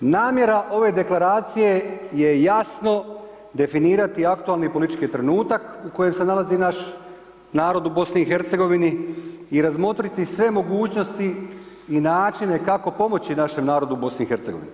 Namjera ove Deklaracije je jasno definirati aktualni politički trenutak u kojem se nalazi naš narod u BiH i razmotriti sve mogućnosti i načine kako pomoći našem narodu u BiH.